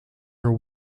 her